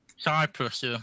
Cyprus